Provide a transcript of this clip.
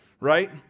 right